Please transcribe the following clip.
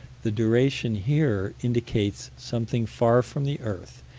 the duration here indicates something far from the earth,